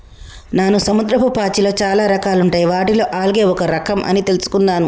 నాను సముద్రపు పాచిలో చాలా రకాలుంటాయి వాటిలో ఆల్గే ఒక రఖం అని తెలుసుకున్నాను